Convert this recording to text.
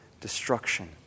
destruction